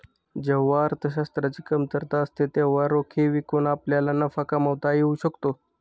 जेव्हा अर्थशास्त्राची कमतरता असते तेव्हा रोखे विकून आपल्याला नफा कमावता येऊ शकतो